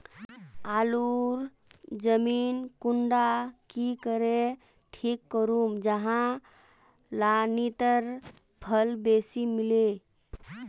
आलूर जमीन कुंडा की करे ठीक करूम जाहा लात्तिर फल बेसी मिले?